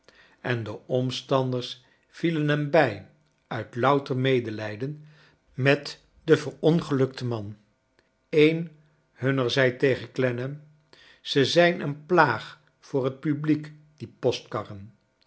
en de omstanders vielen hem bij uit louter medelijden met den verongelukten man een iiunner zei tegen clennam ze zijn een plaag voor het publiek die